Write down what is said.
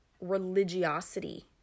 religiosity